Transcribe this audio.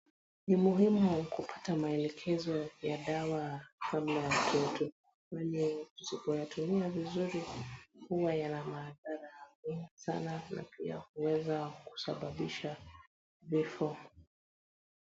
Ni muhimu kupata maelekezo ya dawa kabla ya toto wenye wanatumai vizuri huwa yana maadhara mengi sana na pia huweza kusababisha vifo.